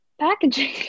packaging